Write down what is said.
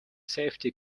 safety